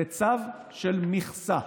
זה צו של מכסה.